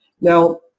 Now